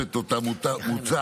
תוספת שאותה מוצע